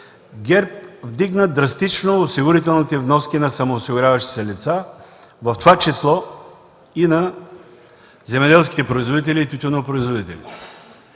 ГЕРБ вдигна драстично осигурителните вноски на самоосигуряващите се лица, в това число и на земеделските производители и тютюнопроизводителите.